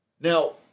Now